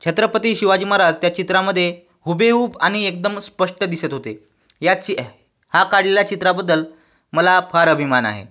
छत्रपती शिवाजी महाराज त्या चित्रामध्ये हूबेहूब आणि स्पष्ट दिसत होते याची या काढलेला चित्राबद्दल मला फार अभिमान आहे